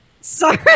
Sorry